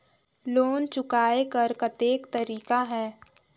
Loan चुकाय कर कतेक तरीका है?